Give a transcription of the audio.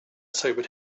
sobered